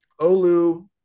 Olu